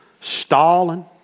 Stalin